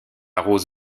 rose